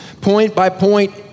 point-by-point